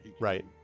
Right